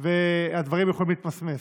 והדברים יכולים להתמסמס,